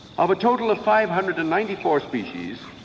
of a total of five hundred and ninety four species,